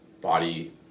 body